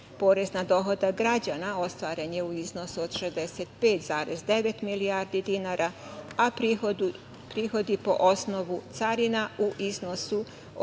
Porez na dohodak građana ostvaren je u iznosu od 65,9 milijardi dinara, a prihodi po osnovu carina u iznosu od 51,9 milijardi dinara. Ostali